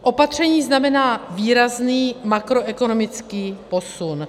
Opatření znamená výrazný makroekonomický posun.